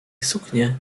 suknię